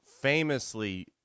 famously